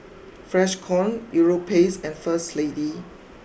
Freshkon Europace and first Lady